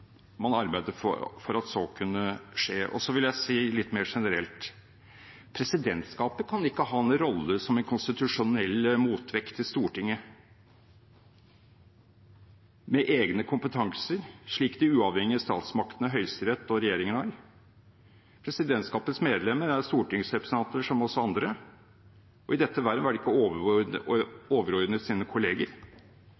man arbeidet for at så kunne skje. Så vil jeg si litt mer generelt: Presidentskapet kan ikke ha en rolle som en konstitusjonell motvekt til Stortinget, med egne kompetanser, slik de uavhengige statsmaktene Høyesterett og regjeringen har. Presidentskapets medlemmer er stortingsrepresentanter som oss andre, og i dette verv er de ikke overordnet